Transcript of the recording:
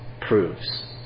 proves